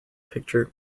picture